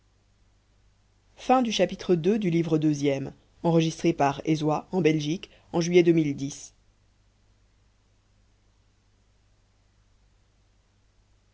chapitre ii fauchelevent en présence de